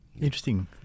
Interesting